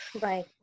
Right